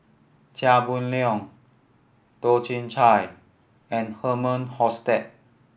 Chia Boon Leong Toh Chin Chye and Herman Hochstadt